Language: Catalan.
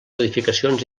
modificacions